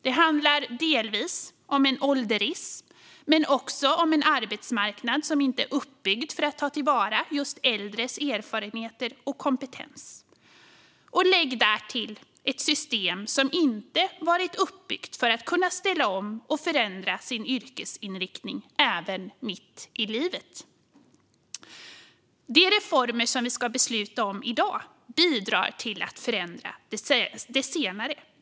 Det handlar delvis om en ålderism men också om en arbetsmarknad som inte är uppbyggd för att ta till vara just äldres erfarenheter och kompetens. Lägg därtill ett system som inte har varit uppbyggt för att man ska kunna ställa om och förändra sin yrkesinriktning även mitt i livet. De reformer som vi ska besluta om i dag bidrar till att förändra det senare.